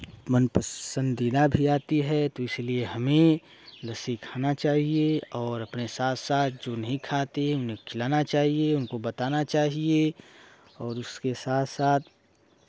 मन पसन्द देना भी आती है तो इसलिए हमें लस्सी खाना चाहिए और अपने साथ साथ जो नहीं खाते उन्हें खिलाना चाहिए उनको बताना चाहिए और उसके साथ साथ